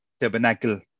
tabernacle